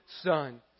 Son